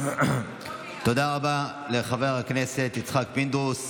תודה רבה לחבר הכנסת יצחק פינדרוס.